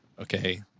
okay